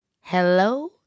hello